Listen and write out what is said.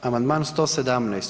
Amandman 117.